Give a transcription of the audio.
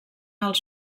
els